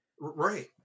Right